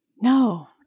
No